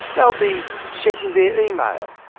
they'll be checking their email,